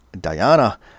Diana